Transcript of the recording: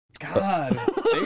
God